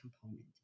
component